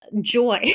Joy